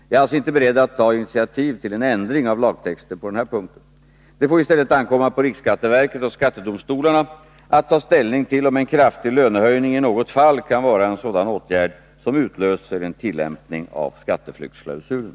Jag är alltså inte beredd att ta initiativ till en ändring av lagtexten på den här punkten. Det får i stället ankomma på riksskatteverket och skattedomstolarna att ta ställning till om en kraftig lönehöjning i något fall kan vara en sådan åtgärd som utlöser en tillämpning av skatteflyktsklausulen.